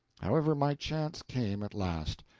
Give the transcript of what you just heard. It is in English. however, my chance came at last.